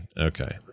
okay